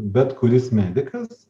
bet kuris medikas